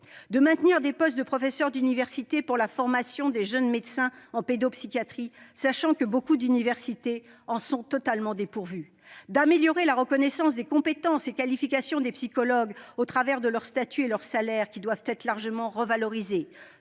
de maintenir des postes de professeurs d'université pour la formation des jeunes médecins en pédopsychiatrie, sachant que de nombreuses universités en sont totalement dépourvues. Nous considérons qu'il faut améliorer la reconnaissance des compétences et des qualifications des psychologues, au travers de leur statut et de leurs salaires, lesquels doivent être largement revalorisés.